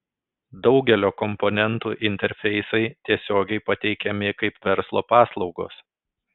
daugelio komponentų interfeisai tiesiogiai pateikiami kaip verslo paslaugos